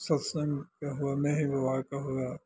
सत्सङ्गके होवयमे ही बाबाके हुए